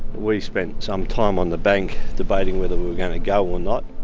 we spent some time on the bank debating whether we were going to go or not.